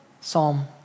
Psalm